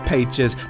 pages